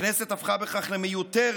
הכנסת הפכה בכך למיותרת